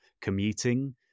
commuting